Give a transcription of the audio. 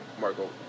Marco